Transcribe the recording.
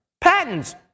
patents